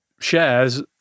Shares